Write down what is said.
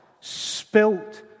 spilt